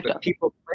people